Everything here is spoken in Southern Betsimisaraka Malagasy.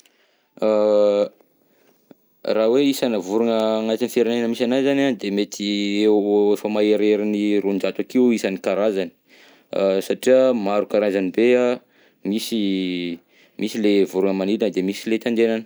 Raha hoe isana vorogna agnatin'ny firenena misy anahy zany an, de mety eo efa maheriherin'ny roanjato akeo isan'ny karazany, satria maro karazagny be an, misy misy le vorogna magnidina de misy le tandenana.